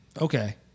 Okay